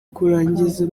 kurangiza